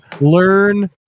Learn